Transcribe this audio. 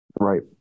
Right